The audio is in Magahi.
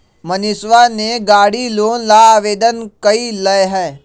मनीषवा ने गाड़ी लोन ला आवेदन कई लय है